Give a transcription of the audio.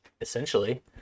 essentially